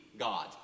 God